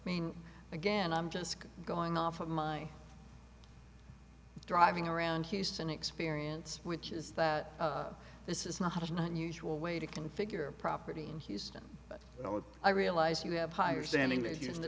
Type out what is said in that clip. i mean again i'm just going off of my driving around houston experience which is that this is not an unusual way to configure a property in houston but you know i realize you have higher standing